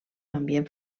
ambient